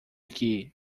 que